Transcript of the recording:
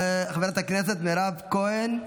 חברת הכנסת מירב כהן,